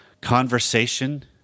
conversation